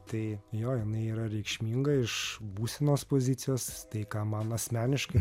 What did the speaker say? tai jo jinai yra reikšminga iš būsenos pozicijos tai ką man asmeniškai